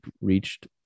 reached